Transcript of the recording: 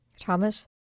Thomas